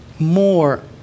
more